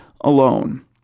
alone